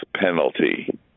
penalty